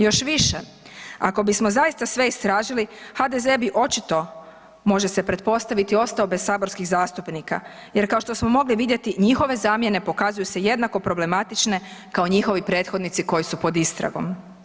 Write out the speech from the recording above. Još više ako bismo zaista sve istražili HDZ bi očito može se pretpostaviti ostao bez saborskih zastupnika jer kao što smo mogli vidjeti njihove zamjene pokazuju se jednako problematične kao njihovi prethodnici koji su pod istragom.